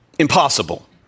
impossible